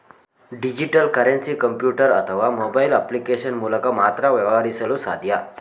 digital currency computer ಅಥವಾ mobile application ಮೂಲಕ ಮಾತ್ರ ವ್ಯವಹರಿಸಲು ಸಾಧ್ಯ